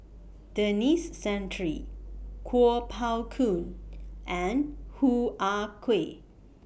Denis Santry Kuo Pao Kun and Hoo Ah Kay